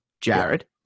Jared